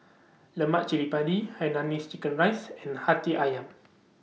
Lemak Cili Padi Hainanese Chicken Rice and Hati Ayam